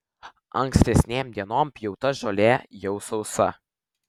ankstesnėm dienom pjauta žolė jau sausa